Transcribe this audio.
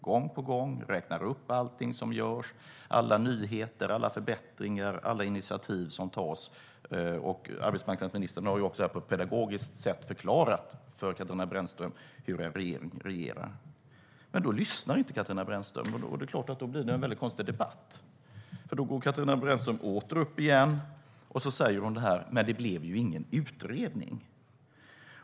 Gång på gång räknar hon upp allting som görs, alla nyheter, alla förbättringar som görs och alla initiativ som tas. Arbetsmarknadsministern har också på ett pedagogiskt sätt förklarat för Katarina Brännström hur en regering regerar. Men då lyssnar inte Katarina Brännström, och det är klart att då blir det en väldigt konstig debatt. Då går Katarina Brännström åter upp och säger att det blev ju ingen utredning.